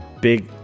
big